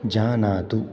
जानातु